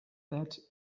that